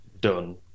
done